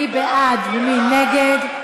מי בעד ומי נגד?